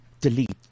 Delete